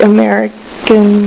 American